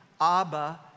Abba